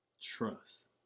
trust